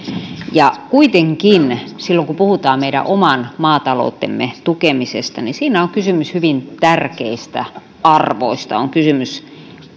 ja kuitenkin silloin kun puhutaan meidän oman maataloutemme tukemisesta siinä on kysymys hyvin tärkeistä arvoista on kysymys